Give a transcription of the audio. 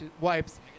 wipes